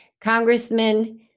Congressman